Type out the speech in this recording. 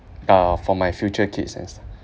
uh for my future kids'